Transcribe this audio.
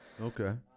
Okay